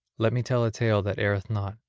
let me tell a tale that erreth not.